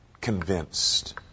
convinced